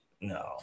no